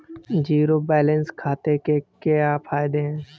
Zero balance खाते के क्या फायदे हैं?